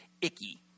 icky